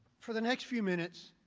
for the next few minutes,